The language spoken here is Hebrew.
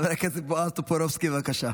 חבר הכנסת בועז טופורובסקי, בבקשה.